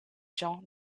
gens